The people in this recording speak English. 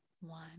One